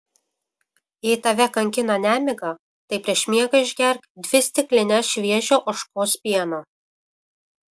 jei tave kankina nemiga tai prieš miegą išgerk dvi stiklines šviežio ožkos pieno